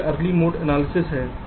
तो यह यहाँ एक कांस्टेंट है